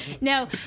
No